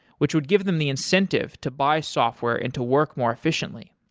which would give them the incentive to buy software and to work more efficiently.